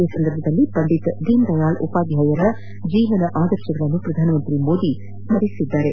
ಈ ಸಂದರ್ಭದಲ್ಲಿ ಪಂಡಿತ್ ದೀನ್ ದಯಾಳ್ ಉಪಾಧ್ಲಾಯ ಅವರ ಜೀವನ ಆದರ್ಶಗಳನ್ನು ಪ್ರಧಾನಿ ಮೋದಿ ಸ್ಲರಿಸಿದ್ದಾರೆ